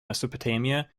mesopotamia